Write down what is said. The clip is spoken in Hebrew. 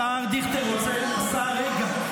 השר דיכטר, רגע.